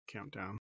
countdown